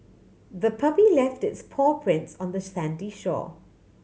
the puppy left its paw prints on the sandy shore